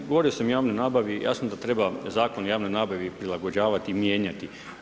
Pa govorio sam o javnoj nabavi i jasno da treba Zakon o javnoj nabavi prilagođavati i mijenjati.